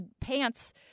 pants